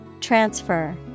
Transfer